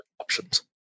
options